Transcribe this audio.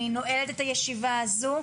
אני נועלת את הישיבה הזו.